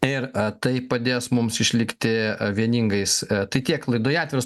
ir tai padės mums išlikti vieningais tai kiek laidoje atviras